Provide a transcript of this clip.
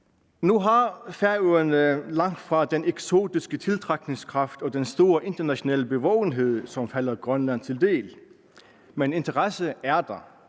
Nu har Færøerne langtfra den eksotiske tiltrækningskraft og den store internationale bevågenhed, som falder Grønland til del, men interesse er der.